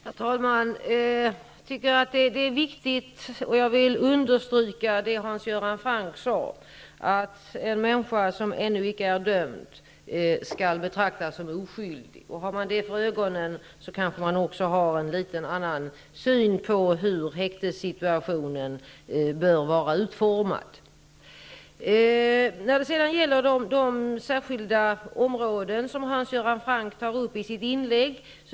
Herr talman! Jag vill stryka under det Hans Göran Franck sade, nämligen att det är viktigt att en människa som ännu icke är dömd skall betraktas som oskyldig. Har man det för ögonen, kanske man också har en liten annan syn på hur häktessituationen bör vara utformad. Hans Göran Franck tog upp vissa särskilda områden i sitt inlägg.